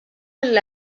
mill